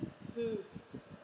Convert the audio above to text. mm